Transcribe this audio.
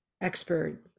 expert